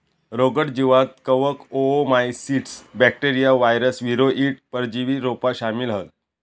रोगट जीवांत कवक, ओओमाइसीट्स, बॅक्टेरिया, वायरस, वीरोइड, परजीवी रोपा शामिल हत